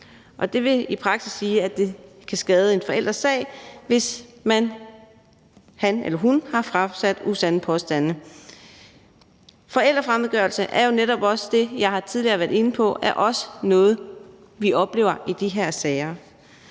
Det vil i praksis sige, at det kan skade en forælders sag, hvis man – han eller hun – har fremsat usande påstande. Forældrefremmedgørelse er jo netop også, som jeg tidligere har været inde på, noget, vi oplever i de her sager.